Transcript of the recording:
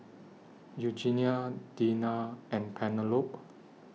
Eugenia Deanna and Penelope